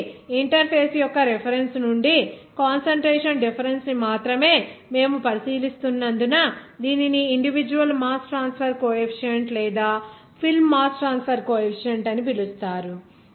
కాబట్టి ఇంటర్ఫేస్ యొక్క రిఫరెన్స్ నుండి కాన్సంట్రేషన్ డిఫరెన్స్ ని మాత్రమే మేము పరిశీలిస్తున్నందున దీనిని ఇండివిడ్యువల్ మాస్ ట్రాన్స్ఫర్ కోఎఫీసియంట్ లేదా ఫిల్మ్ మాస్ ట్రాన్స్ఫర్ కోఎఫీసియంట్ అని పిలుస్తారు